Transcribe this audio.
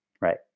Right